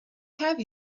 have